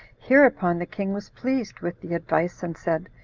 hereupon the king was pleased with the advice, and said,